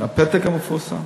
הפתק המפורסם.